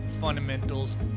Fundamentals